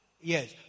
yes